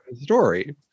story